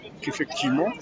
qu'effectivement